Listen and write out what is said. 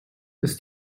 ist